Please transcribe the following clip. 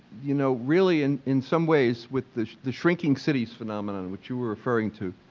you know, really in in some ways with the the shrinking cities phenomenon which you were referring to,